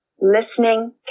listening